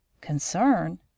Concern